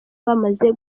bamaze